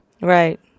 Right